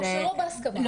או שלא בהסכמה.